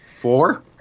Four